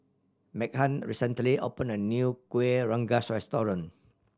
Meghann recently opened a new Kuih Rengas restaurant